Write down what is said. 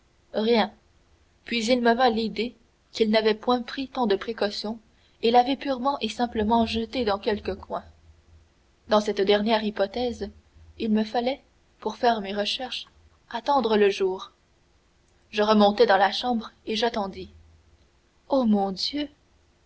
rien puis il me vint cette idée qu'il n'avait point pris tant de précautions et l'avait purement et simplement jeté dans quelque coin dans cette dernière hypothèse il me fallait pour faire mes recherches attendre le jour je remontai dans la chambre et j'attendis oh mon dieu